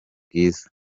bwiza